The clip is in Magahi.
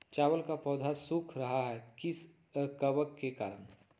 चावल का पौधा सुख रहा है किस कबक के करण?